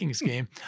game